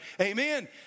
Amen